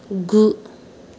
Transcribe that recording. गु